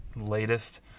latest